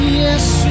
yes